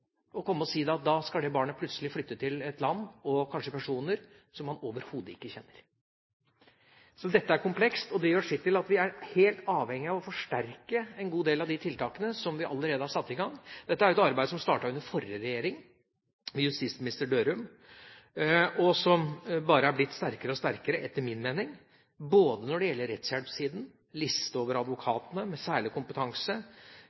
å si at det barnet plutselig skal flytte til et land, kanskje til personer, som det overhodet ikke kjenner. Så dette er komplekst, og det gjør sitt til at vi er helt avhengige av å forsterke en god del av de tiltakene som vi allerede har satt i gang. Dette er et arbeid som startet under den forrige regjeringa ved justisminister Dørum, og som etter min mening bare har blitt sterkere og sterkere, både når det gjelder rettshjelpssiden, liste over